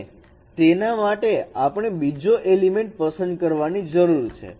અને તેના માટે તમારે બીજો એલિમેન્ટ પસંદ કરવાની જરૂર છે